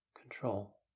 control